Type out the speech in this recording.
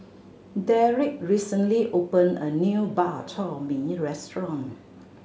Derick recently opened a new Bak Chor Mee restaurant